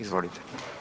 Izvolite.